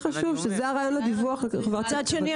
מצד שני,